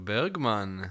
Bergman